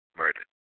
murdered